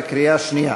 בקריאה שנייה.